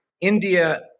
India